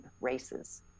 races